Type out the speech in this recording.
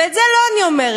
ואת זה לא אני אומרת,